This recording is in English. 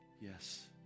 Yes